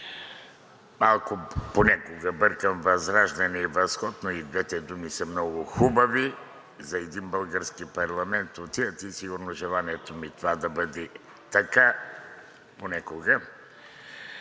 Малко понякога бъркам възраждане и възход, но и двете думи са много хубави. За един български парламент отиват и сигурно желанието ми е това да бъде така понякога.